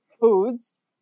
foods